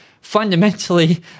fundamentally